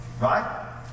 right